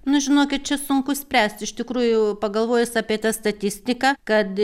nu žinokit čia sunku spręst iš tikrųjų pagalvojus apie tą statistiką kad